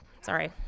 sorry